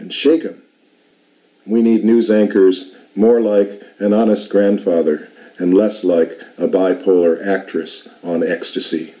and shrink it we need news anchors more like an honest grandfather and less like a bipolar actress on ecstasy